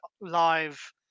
live